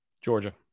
Georgia